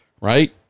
right